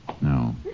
No